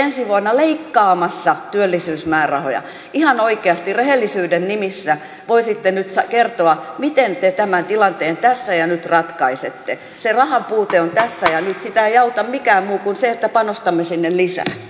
ensi vuonna leikkaamassa työllisyysmäärärahoja ihan oikeasti rehellisyyden nimissä voisitte nyt kertoa miten te tämän tilanteen tässä ja nyt ratkaisette se rahan puute on tässä ja nyt sitä ei auta mikään muu kuin se että panostamme sinne lisää